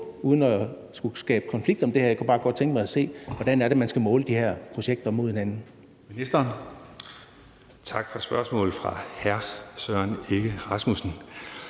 uden at skulle skabe konflikt om det her. Jeg kunne bare godt tænke mig at se, hvordan man skal måle de her projekter mod hinanden.